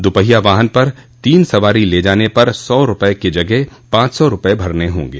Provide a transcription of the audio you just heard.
दुपहिया वाहन पर तीन सवारी ल जाने पर सौ रुपये की जगह पांच सौ रुपये भरने होंगे